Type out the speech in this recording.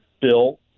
bill